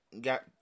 got